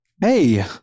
Hey